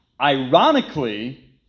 Ironically